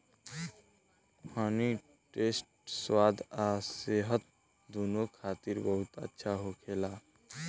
हनी toast स्वाद आ सेहत दूनो खातिर बहुत अच्छा होखेला